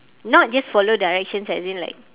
not just follow directions as in like